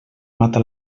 mata